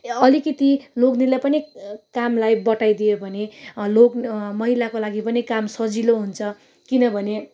अलिकिति लोग्नेले पनि कामलाई बटाइ दियो भने लोग् महिलाको लागि पनि काम सजिलो हुन्छ किनभने